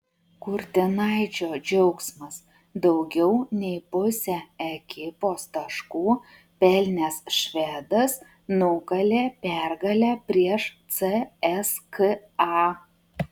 kurtinaičio džiaugsmas daugiau nei pusę ekipos taškų pelnęs švedas nukalė pergalę prieš cska